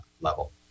level